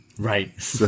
Right